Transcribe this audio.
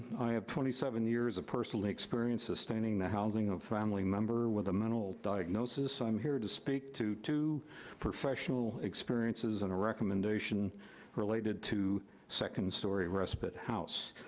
i have twenty seven years of personal experience sustaining the housing of family member with a mental diagnosis. i am here to speak to two professional experiences and a recommendation related to second story respite house.